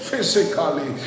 Physically